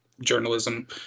journalism